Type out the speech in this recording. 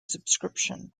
subscription